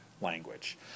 language